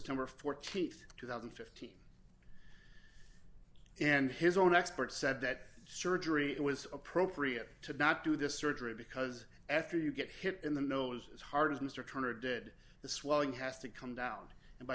tumor th two thousand and fifteen and his own expert said that surgery it was appropriate to not do the surgery because after you get hit in the nose as hard as mr turner did the swelling has to come down